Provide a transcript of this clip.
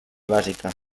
bàsica